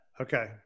Okay